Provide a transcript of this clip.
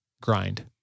grind